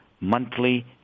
monthly